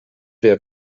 wer